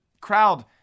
crowd